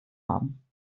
haben